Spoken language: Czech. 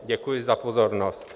Děkuji za pozornost.